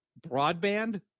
broadband